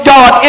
God